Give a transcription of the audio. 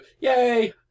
Yay